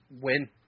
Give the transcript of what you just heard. win